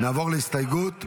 נעבור להסתייגות מס'